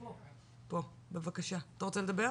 עבירה במועצה לשלום הילד,